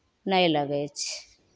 नहि लगै छै